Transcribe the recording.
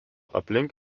aplink